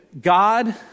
God